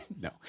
no